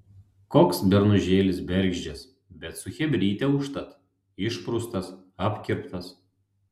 koks bernužėlis bergždžias bet su chebryte užtat išpraustas apkirptas